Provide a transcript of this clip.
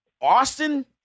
Austin